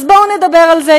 אז בואו נדבר על זה,